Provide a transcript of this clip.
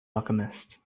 alchemist